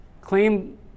claim